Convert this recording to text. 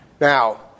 Now